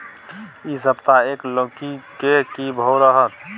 इ सप्ताह एक लौकी के की भाव रहत?